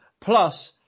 Plus